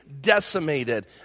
decimated